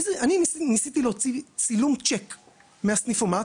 אני ניסיתי להוציא צילום שיק בסניפומט,